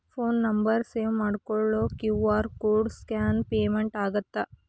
Phone number save ಮಾಡಿಕೊಳ್ಳದ QR code scan payment ಆಗತ್ತಾ?